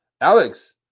Alex